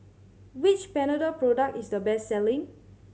which Panadol product is the best selling